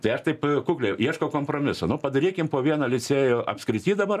tai aš taip kukliai ieškau kompromiso nu padarykim po vieną licėjų apskrity dabar